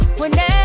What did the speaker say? whenever